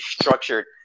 structured